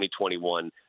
2021